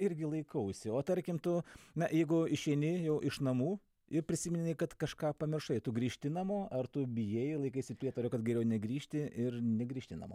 irgi laikausi o tarkim tu na jeigu išeini jau iš namų i prisiminei kad kažką pamiršai tu grįžti namo ar tu bijai laikaisi prietaro kad geriau negrįžti ir negrįžti namo